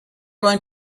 going